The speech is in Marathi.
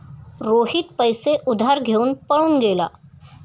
रोहित पैसे उधार घेऊन पळून गेला